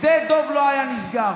שדה דב לא היה נסגר.